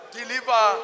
deliver